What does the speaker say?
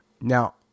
Now